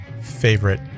favorite